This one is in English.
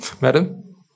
Madam